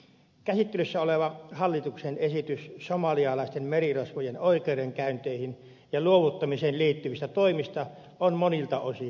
käsittelyssä oleva hallituksen esitys somalialaisten merirosvojen oikeudenkäynteihin ja luovuttamiseen liittyvistä toimista on monilta osin ongelmallinen